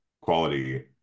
quality